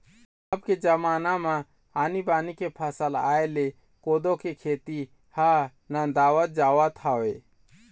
अब के जमाना म आनी बानी के फसल आय ले कोदो के खेती ह नंदावत जावत हवय